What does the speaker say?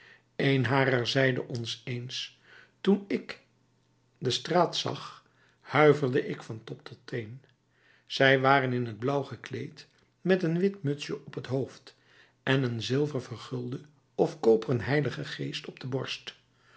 een harer zeide ons eens toen ik de straat zag huiverde ik van top tot teen zij waren in t blauw gekleed met een wit mutsje op t hoofd en een zilver vergulden of koperen h geest op de borst